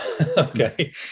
okay